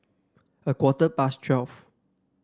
a quarter past twelve